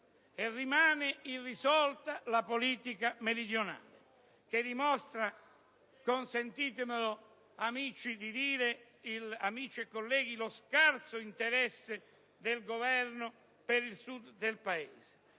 Rimane irrisolta la politica meridionale, che dimostra - consentitemi, amici e colleghi, di dirlo - lo scarso interesse del Governo per il Sud del Paese,